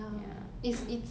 ya